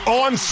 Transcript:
on